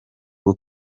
rwo